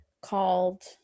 called